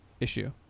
issue